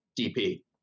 DP